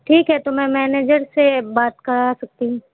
ٹھیک ہے تو میں مینیجر سے بات کرا سکتی ہوں